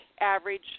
average